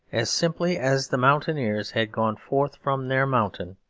as simply as the mountaineers had gone forth from their mountain,